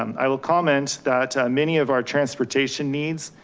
um i will comment that many of our transportation needs,